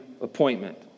appointment